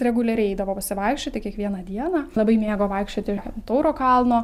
reguliariai eidavo pasivaikščioti kiekvieną dieną labai mėgo vaikščioti ant tauro kalno